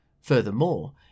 Furthermore